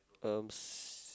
um six